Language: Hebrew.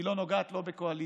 היא לא נוגעת לא בקואליציה